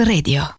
Radio